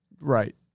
Right